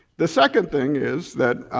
the second thing is that